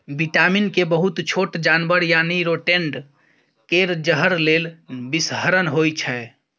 vitamin K बहुत छोट जानबर यानी रोडेंट केर जहर लेल बिषहरण होइ छै